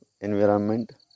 environment